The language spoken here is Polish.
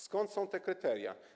Skąd są te kryteria?